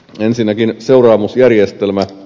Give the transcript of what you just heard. ensinnäkin seuraamusjärjestelmä